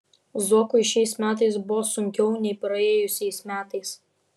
zuokui šiais metais buvo sunkiau nei praėjusiais metais